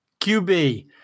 QB